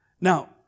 Now